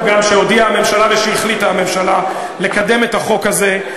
גם שהודיעה הממשלה ושהחליטה הממשלה לקדם את החוק הזה,